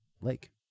lake